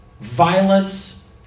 violence